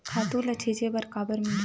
खातु ल छिंचे बर काबर मिलही?